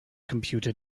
computer